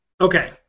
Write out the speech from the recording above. Okay